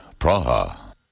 Praha